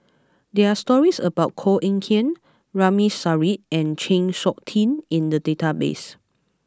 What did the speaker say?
there are stories about Koh Eng Kian Ramli Sarip and Chng Seok Tin in the database